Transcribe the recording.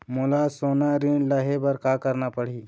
मोला सोना ऋण लहे बर का करना पड़ही?